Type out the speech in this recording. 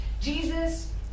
Jesus